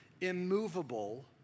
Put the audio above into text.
immovable